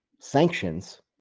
sanctions